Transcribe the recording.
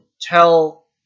tell